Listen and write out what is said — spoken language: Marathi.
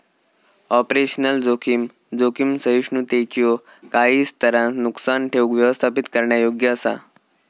ऑपरेशनल जोखीम, जोखीम सहिष्णुतेच्यो काही स्तरांत नुकसान ठेऊक व्यवस्थापित करण्यायोग्य असा